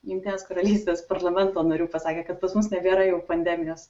jungtinės karalystės parlamento narių pasakė kad pas mus nebėra jau pandemijos